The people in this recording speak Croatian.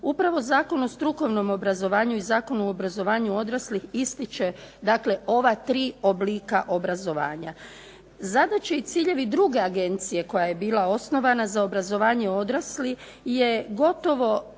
Upravo Zakon o strukovnom obrazovanju i Zakon o obrazovanju odraslih ističe ova tri oblika obrazovanja. Zadaće i ciljevi druge Agencije koja je bila osnovana za obrazovanje odraslih je gotovo